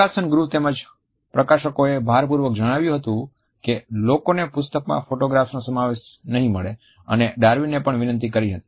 પ્રકાશન ગૃહ તેમજ પ્રકાશકોએ ભારપૂર્વક જણાવ્યું હતું કે લોકોને પુસ્તકમાં ફોટોગ્રાફ્સનો સમાવેશ નહીં મળે અને ડાર્વિનને પણ વિનંતી કરી હતી